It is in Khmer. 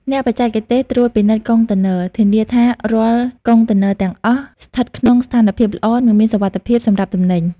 អ្នកបច្ចេកទេសត្រួតពិនិត្យកុងតឺន័រ ធានាថារាល់កុងតឺន័រទាំងអស់ស្ថិតក្នុងស្ថានភាពល្អ និងមានសុវត្ថិភាពសម្រាប់ទំនិញ។